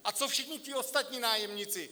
A co všichni ti ostatní nájemníci?